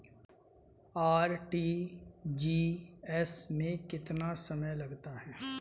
RTGS में कितना समय लगता है?